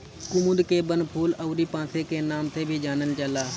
कुमुद के वनफूल अउरी पांसे के नाम से भी जानल जाला